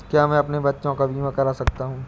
क्या मैं अपने बच्चों का बीमा करा सकता हूँ?